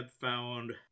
found